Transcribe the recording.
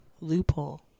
loophole